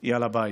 היא על הבית.